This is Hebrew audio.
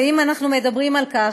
ואם אנחנו מדברים על כך,